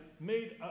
made